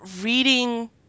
reading